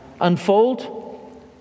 unfold